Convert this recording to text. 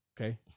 Okay